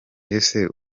ese